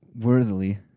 worthily